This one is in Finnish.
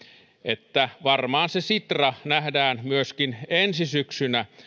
että varmaan se sitra nähdään myöskin ensi syksynä